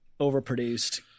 overproduced